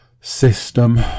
system